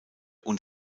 und